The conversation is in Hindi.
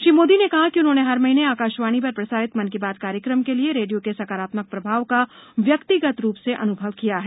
श्री मोदी ने कहा कि उन्होंने हर महीने आकाशवाणी पर प्रसारित मन की बात कार्यक्रम के लिए रेपियो के सकारात्मक प्रभाव का व्यक्तिगत रूप से अन्भव किया है